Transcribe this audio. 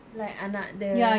like anak dia